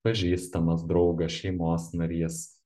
pažįstamas draugas šeimos narys